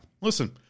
listen